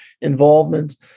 involvement